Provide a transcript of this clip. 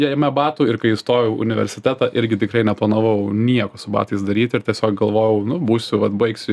jame batų ir kai įstojau į universitetą irgi tikrai neplanavau nieko su batais daryti ir tiesiog galvojau nu būsiu vat baigsiu